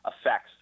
effects